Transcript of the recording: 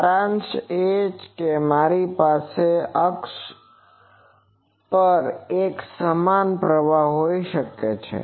સારાંશ એ કે મારી પાસે અક્ષ પર એક સમાન પ્રવાહ હોઈ શકે છે